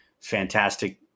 fantastic